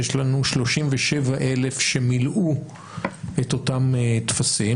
יש לנו 37,000 שמילאו את אותם טפסים,